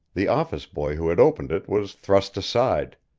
the office boy who had opened it was thrust aside.